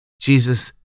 Jesus